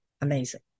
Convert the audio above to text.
amazing